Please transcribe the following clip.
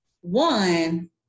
one